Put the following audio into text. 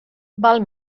val